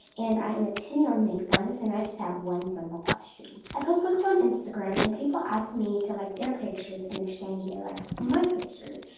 and i am a ten year old makeup artist, and i just have one simple question. i post looks on instagram and people ask me to like their pictures, in exchange, they like my pictures,